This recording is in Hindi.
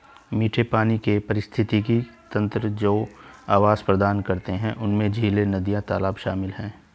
मीठे पानी के पारिस्थितिक तंत्र जो आवास प्रदान करते हैं उनमें झीलें, नदियाँ, तालाब शामिल हैं